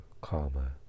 karma